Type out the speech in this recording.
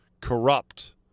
corrupt